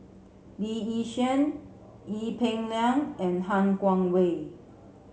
Lee Yi Shyan Ee Peng Liang and Han Guangwei